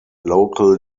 local